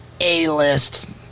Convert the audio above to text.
A-list